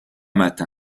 matin